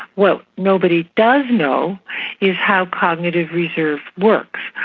what nobody does know is how cognitive reserve works.